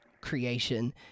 creation